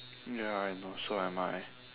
ya I know so am I